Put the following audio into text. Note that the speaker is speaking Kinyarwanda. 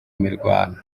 mirwano